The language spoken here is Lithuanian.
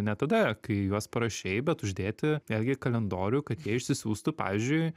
ne tada kai juos parašei bet uždėti netgi kalendorių kad jie išsiųstų pavyzdžiui